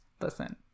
listen